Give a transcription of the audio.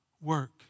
work